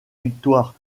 victoire